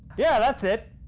yeah, that's it,